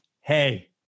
hey